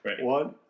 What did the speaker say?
One